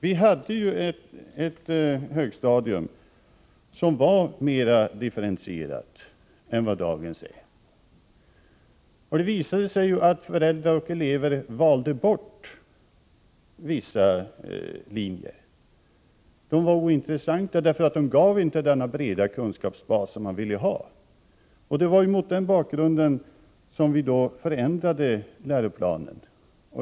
Vi hade tidigare ett högstadium som var mer differentierat än vad dagens högstadium är. Det visade sig ju att föräldrar och elever valde bort vissa linjer, som var ointressanta därför att de inte gav den breda kunskapsbas som man ville ha. Det var mot den bakgrunden som vi förändrade läroplanen.